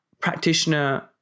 practitioner